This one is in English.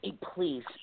please